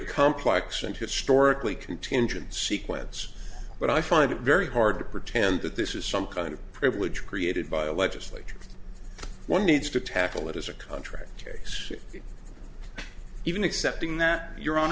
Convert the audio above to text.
complex and historically contingent sequence but i find it very hard to pretend that this is some kind of privilege created by a legislature one needs to tackle it as a contract case even accepting that your hon